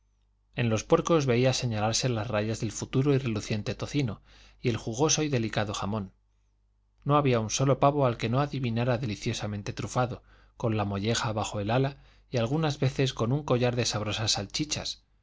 en los puercos veía señalarse las rayas del futuro y reluciente tocino y el jugoso y delicado jamón no había un solo pavo al que no adivinara deliciosamente trufado con la molleja bajo el ala y algunas veces con un collar de sabrosas salchichas